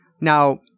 Now